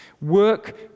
Work